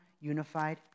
unified